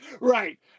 Right